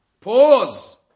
Pause